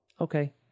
okay